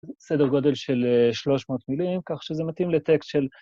סדר גודל של שלוש מאות מילים, כך שזה מתאים לטקסט של...